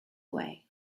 away